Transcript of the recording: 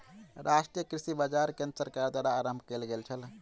राष्ट्रीय कृषि बाजार केंद्र सरकार द्वारा आरम्भ कयल गेल छल